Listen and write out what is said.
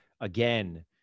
again